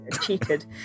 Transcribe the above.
cheated